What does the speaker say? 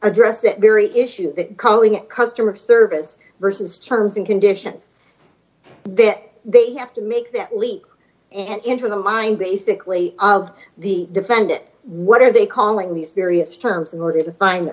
address that very issue calling it customer service versus charms and conditions that they have to make that leap and enter the mind basically of the defendant what are they calling these various terms in order to find